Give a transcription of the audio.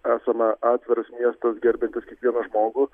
esame atviras miestas gerbiantis kiekvieną žmogų